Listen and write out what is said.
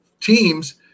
teams